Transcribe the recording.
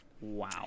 Wow